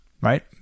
right